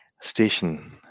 station